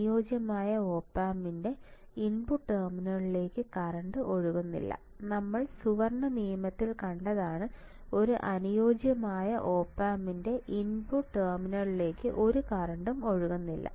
അനുയോജ്യമായ OP AMPൻറെ input ടെർമിനലുകളിലേക്ക് കറന്റ് ഒഴുകുന്നില്ല നമ്മൾ സുവർണ്ണ നിയമത്തിൽ കണ്ടതാണ് ഒരു അനുയോജ്യമായ OP AMPൻറെ ഇൻപുട്ട് ടെർമിനലുകളിലേക്ക് ഒരു കറന്റും ഒഴുകുന്നില്ല